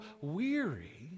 weary